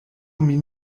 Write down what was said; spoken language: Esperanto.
min